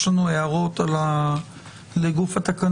יש לנו הערות לגוף התקנות.